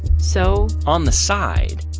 so. on the side.